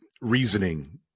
reasoning